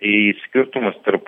tai skirtumas tarp